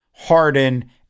Harden